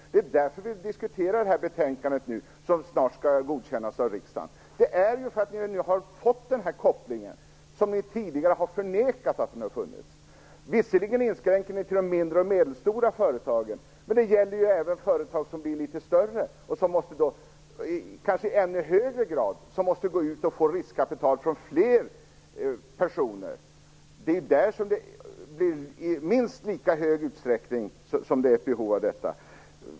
Det är därför vi diskuterar det här betänkandet, som snart skall godkännas av riksdagen. Det beror på att ni har gjort den här kopplingen, vars existens ni tidigare har förnekat. Visserligen inskränker ni er till de mindre och medelstora företagen, men det gäller ju också, i kanske ännu högre grad, litet större företag som måste gå ut och få riskkapital från fler personer. Där finns det i minst lika stor utsträckning ett behov av detta.